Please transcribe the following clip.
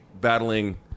battling